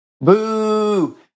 boo